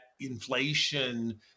inflation